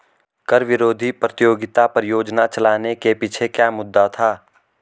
कर विरोधी प्रतियोगिता परियोजना चलाने के पीछे क्या मुद्दा था?